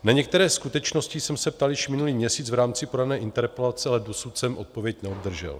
Na některé skutečnosti jsem se ptal již minulý měsíc v rámci podané interpelace, ale dosud jsem odpověď neobdržel.